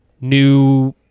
new